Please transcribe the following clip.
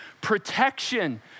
protection